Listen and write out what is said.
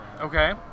Okay